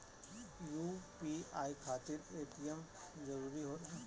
UPI खातिर ATM जरूरी होला?